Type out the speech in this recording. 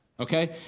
Okay